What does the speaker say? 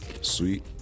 sweet